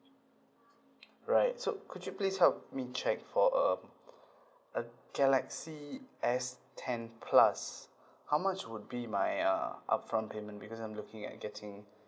right so could you please help me check for um uh galaxy S ten plus how much would be my uh upfront payment because I'm looking at getting